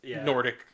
Nordic